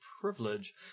privilege